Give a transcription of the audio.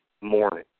morning